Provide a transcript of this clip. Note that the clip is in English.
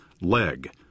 leg